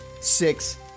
Six